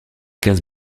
casse